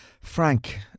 Frank